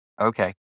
Okay